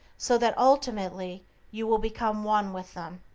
so that ultimately you will become one with them.